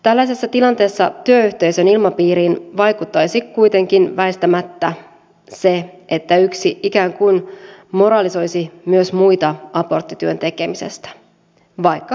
tällaisessa tilanteessa työyhteisön ilmapiiriin vaikuttaisi kuitenkin väistämättä että yksi ikään kuin moralisoisi myös muita aborttityön tekemisestä vaikka hiljaisestikin